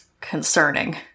concerning